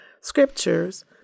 scriptures